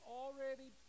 already